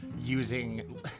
using